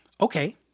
Okay